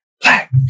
black